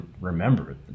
remember